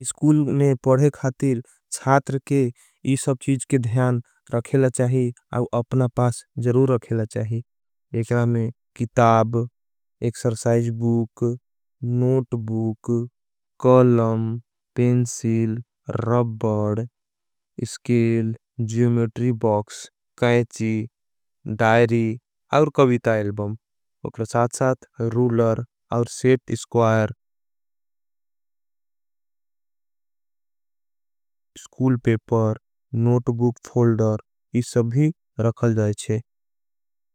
स्कूल में पढ़े खाती चात्र के इस सब चीज के ध्यान रखेला। चाहिए और अपना पास जरूर रखेला चाहिए किताब। Exercise book, notebook, column, pencil, rubber. Scale, geometry box, कैची, डाइरी और कविता। एलबं और साथ साथ रूलर और set square school paper notebook folder इस सब भी रखेल जायेचे।